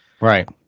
right